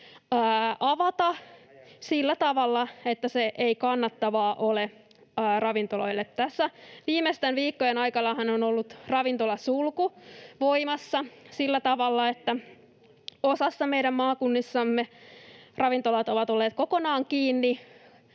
avata sillä tavalla, että se ei ole kannattavaa ravintoloille. Tässä viimeisten viikkojen aikanahan on ollut ravintolasulku voimassa sillä tavalla, että osassa meidän maakunnistamme ravintolat ovat olleet kokonaan kiinni